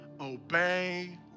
obey